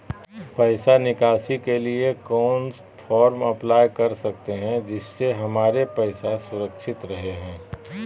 पैसा निकासी के लिए कौन सा फॉर्म अप्लाई कर सकते हैं जिससे हमारे पैसा सुरक्षित रहे हैं?